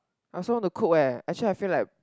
I also wanna cook eh actually I feel like